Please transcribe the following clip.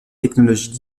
technologies